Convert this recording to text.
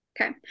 Okay